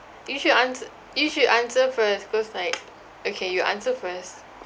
you should answer you should answer first cause like okay you answer first